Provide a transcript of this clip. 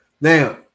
Now